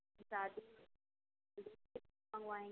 शादी